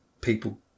people